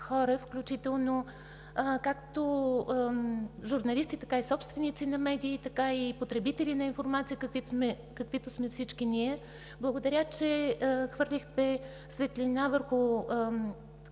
хора, включително както журналисти, така и собственици на медии и потребители на информация, каквито сме всички ние, Ви благодаря, че хвърлихте светлина върху